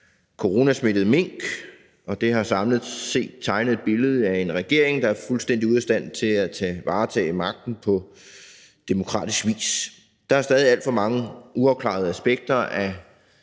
coronasmittede mink, og det har samlet set tegnet et billede af en regering, der er fuldstændig ude af stand til at varetage magten på demokratisk vis. Der er stadig alt for mange uafklarede aspekter af